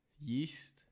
yeast